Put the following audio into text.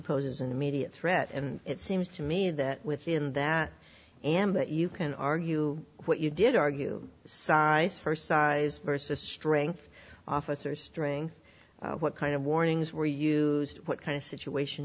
poses an immediate threat and it seems to me that within that am that you can argue what you did argue size her size versus strength officers during what kind of warnings were you what kind of situation